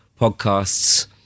podcasts